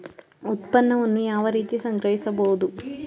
ಉತ್ಪನ್ನವನ್ನು ಯಾವ ರೀತಿ ಸಂಗ್ರಹಿಸಬಹುದು?